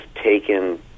taken